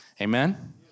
Amen